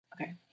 Okay